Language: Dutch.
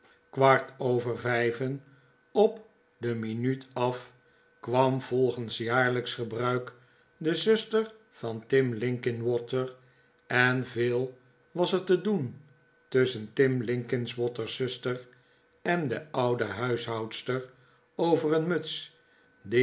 kwart over vijven op de minuut af kwam volgens jaarlijksch gebruik de zuster van tim linkinwater en veel was er te doen tusschen tim linkinwater's zuster en de oude huishoudsfer over een muts die